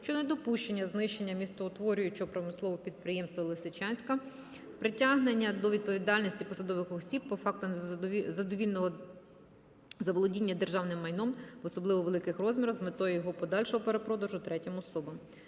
щодо недопущення знищення містоутворюючого промислового підприємства Лисичанська, притягнення до відповідальності посадових осіб по фактам заволодіння державним майном в особливо великих розмірах з метою його подальшого перепродажу третім особам.